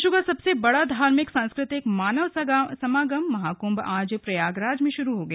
विश्व का सबसे बड़ा धार्मिक सांस्कृतिक मानव समागम महाक्म्भ आज प्रयागराज में शुरू हो गया